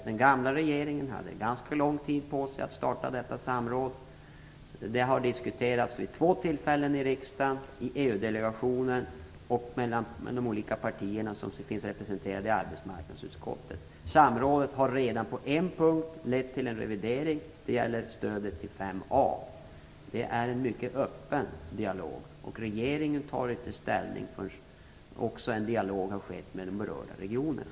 Den gamla regeringen hade ganska lång tid på sig att starta detta samråd. Det har diskuterats vid två tillfällen i riksdagen: i EU-delegationen och av representanter för de olika partier som finns med i arbetsmarknadsutskottet. Samrådet har redan på en punkt lett till en revidering. Det gäller stödet till 5a. Det är en mycket öppen dialog, och regeringen tar inte ställning förrän en dialog har förts också med de berörda regionerna.